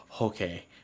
okay